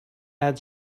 add